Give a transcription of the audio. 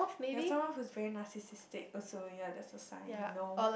ya someone who is very narcissistic also ya that's a sign no